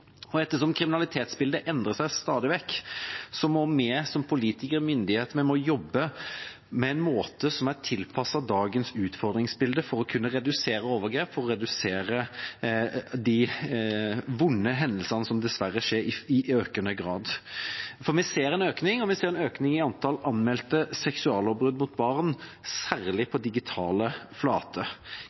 Ettersom kriminalitetsbildet endrer seg stadig vekk, må vi som politikere og myndighet jobbe med en måte som er tilpasset dagens utfordringsbilde, for å kunne redusere overgrep, for å redusere de vonde hendelsene som dessverre skjer i økende grad. Vi ser en økning, og vi ser en økning i antall anmeldte seksuallovbrudd mot barn, særlig på digitale